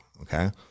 okay